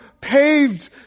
paved